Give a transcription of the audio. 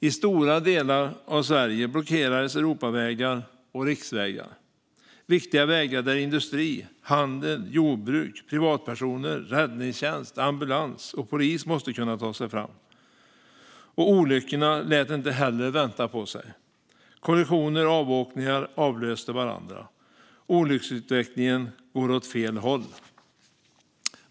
I stora delar av Sverige blockerades Europavägar och riksvägar - viktiga vägar för industri, handel och jordbruk och där privatpersoner, räddningstjänst, ambulans och polis måste kunna ta sig fram. Olyckorna lät inte heller vänta på sig. Kollisioner och avåkningar avlöste varandra. Olycksutvecklingen går åt fel håll.